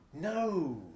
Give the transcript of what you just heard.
no